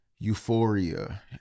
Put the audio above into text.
euphoria